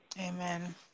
Amen